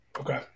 Okay